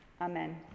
Amen